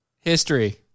History